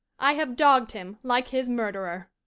i have dogg'd him, like his murderer.